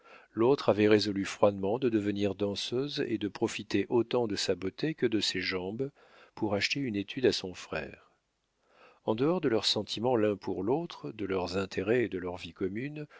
l'autre avait résolu froidement de devenir danseuse et de profiter autant de sa beauté que de ses jambes pour acheter une étude à son frère en dehors de leurs sentiments l'un pour l'autre de leurs intérêts et de leur vie commune